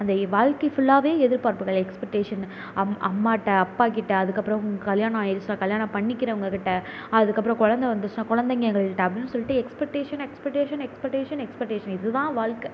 அந்த இ வாழ்க்கை ஃபுல்லாகவே எதிர்பார்ப்புகள் எக்ஸ்பெக்டேஷன் அம் அம்மாட்ட அப்பாக்கிட்டே அதுக்கப்புறம் கல்யாணம் ஆகிடுச்சுனா கல்யாணம் பண்ணிக்கிறவங்கக்கிட்டே அதுக்கப்புறம் கொழந்தை வந்துடுச்சுன்னா கொழந்தைங்ககள்ட்ட அப்படின்னு சொல்லிட்டு எக்ஸ்பெக்டேஷன் எக்ஸ்பெக்டேஷன் எக்ஸ்பெக்டேஷன் எக்ஸ்பெக்டேஷன் இதுதான் வாழ்க்க